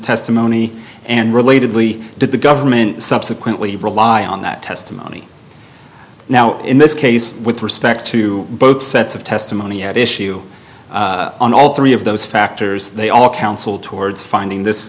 testimony and relatedly did the government subsequently rely on that testimony now in this case with respect to both sets of testimony at issue on all three of those factors they all counsel towards finding this